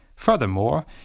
Furthermore